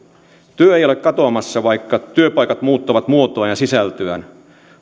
työ ei ole katoamassa vaikka työpaikat muuttavat muotoaan ja sisältöään